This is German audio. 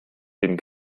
den